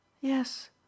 Yes